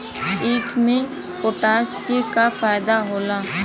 ईख मे पोटास के का फायदा होला?